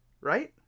right